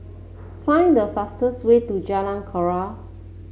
find the fastest way to Jalan Koran